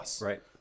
Right